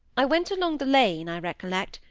i went along the lane, i recollect,